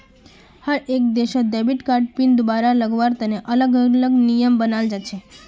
हर एक देशत debit card PIN दुबारा लगावार तने अलग अलग नियम बनाल जा छे